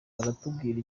baratubwira